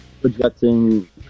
projecting